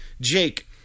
Jake